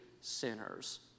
sinners